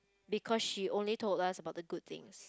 because she only told us about the good things